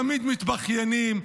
תמיד מתבכיינים,